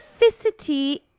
specificity